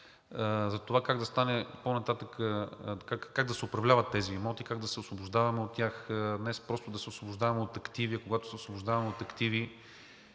за това как да стане по-нататък – как да се управляват тези имоти, как да се освобождаваме от тях. Не просто да се освобождаваме от активи, а когато се освобождаваме от активи,